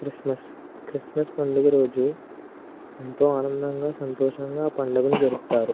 Christmas Christmas పండుగ రోజు ఎంతో ఆనందంగా సంతోషంగా ఆ పండుగను జరుపుతారు